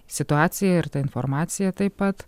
situacija ir ta informacija taip pat